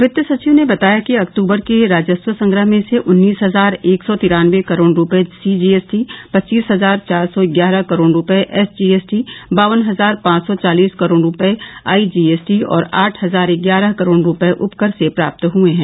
वित्त सचिव ने बताया कि अक्तूबर के राजस्व संग्रह में से उन्नीस हजार एक सौ तिरानबे करोड़ रुपये सीजीएसटी पच्चीस हजार चार सौ ग्यारह करोड़ रुपये एसजीएसटी बावन हजार पांच सौ चालीस करोड़ रुपये आईजीएसटी और आठ हजार ग्यारह करोड़ रुपये उपकर से प्राप्त हुए हैं